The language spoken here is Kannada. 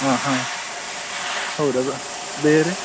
ಆಂ ಹಾಂ ಹೌದು ಅದು ಬೇರೆ